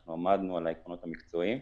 אנחנו עמדנו על העקרונות המקצועיים,